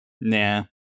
Nah